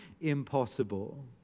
impossible